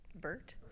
Bert